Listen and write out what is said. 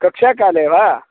कक्ष्याकाले वा